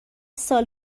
سال